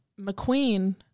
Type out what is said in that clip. mcqueen